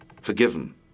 forgiven